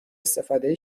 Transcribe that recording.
استفاده